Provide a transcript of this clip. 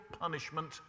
punishment